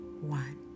one